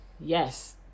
Yes